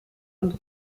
und